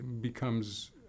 becomes